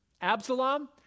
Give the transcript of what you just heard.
Absalom